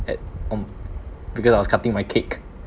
had um because I was cutting my cake